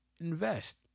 invest